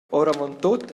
oravontut